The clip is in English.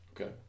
Okay